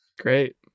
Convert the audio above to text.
great